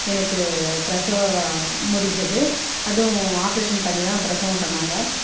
எனக்கு பிரசவம் முடிஞ்சது அதுவும் ஆப்ரேஷன் பண்ணி தான் பிரசவம் பண்ணாங்க